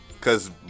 cause